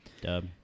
Dub